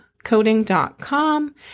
coding.com